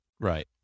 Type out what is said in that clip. Right